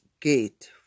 gate